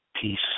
peace